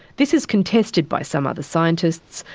this is contested by some other scientists,